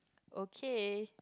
okay